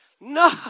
no